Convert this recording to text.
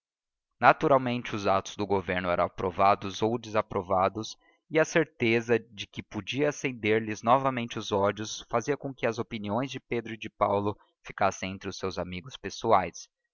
naturalmente os atos do governo eram aprovados e desaprovados mas a certeza de que podia acender lhes novamente os ódios fazia com que as opiniões de pedro e de paulo ficassem entre os seus amigos pessoais